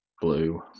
blue